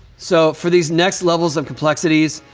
so for these next levels of complexities,